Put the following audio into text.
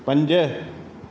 पंज